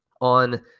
on